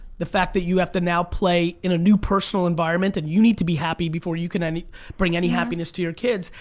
the fact that you have to now play in a new personal environment and you need to be happy before you can bring any happiness to your kids,